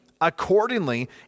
Accordingly